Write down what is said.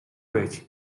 байж